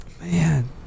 Man